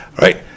right